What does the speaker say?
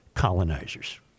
colonizers